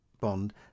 bond